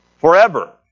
forever